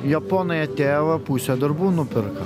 japonai atėjo va pusę darbų nupirko